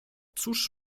cóż